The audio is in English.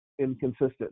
inconsistent